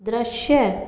दृश्य